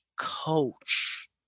coach